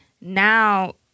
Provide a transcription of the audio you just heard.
Now